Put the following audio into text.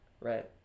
right